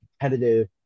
competitive